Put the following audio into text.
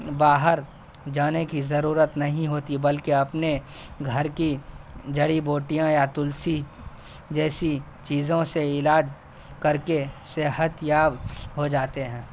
باہر جانے کی ضرورت نہیں ہوتی بلکہ اپنے گھر کی جری بوٹیاں یا تلسی جیسی چیزوں سے علاج کر کے صحتیاب ہو جاتے ہیں